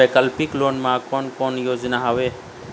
वैकल्पिक लोन मा कोन कोन योजना हवए?